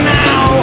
now